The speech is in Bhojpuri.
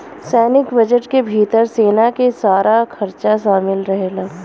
सैनिक बजट के भितर सेना के सारा खरचा शामिल रहेला